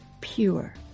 Pure